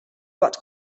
waqt